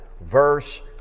verse